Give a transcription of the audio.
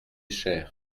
cher